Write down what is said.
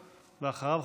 ואחריו,